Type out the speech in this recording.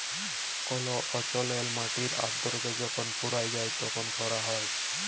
call অল্চলে মাটির আদ্রতা যখল ফুরাঁয় যায় তখল খরা হ্যয়